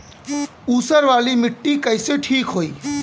ऊसर वाली मिट्टी कईसे ठीक होई?